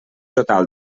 total